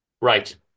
Right